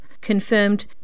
confirmed